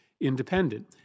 independent